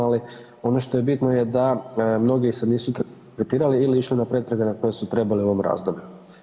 Ali ono što je bitno je da mnogi se nisu tretirali ili išli na pretrage na koje su trebali u ovom razdoblju.